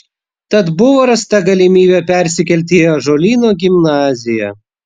tad buvo rasta galimybė persikelti į ąžuolyno gimnaziją